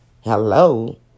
Hello